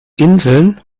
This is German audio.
inseln